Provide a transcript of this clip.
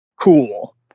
cool